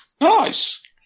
Nice